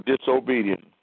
disobedience